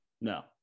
No